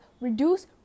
reduce